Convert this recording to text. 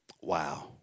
Wow